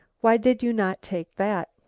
why did you not take that?